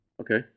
Okay